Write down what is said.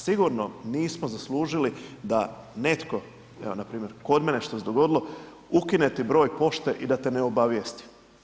Sigurno nismo zaslužili da netko, evo npr. kod mene što se dogodilo, ukinuti broj pošte i da te ne obavijesti.